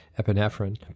epinephrine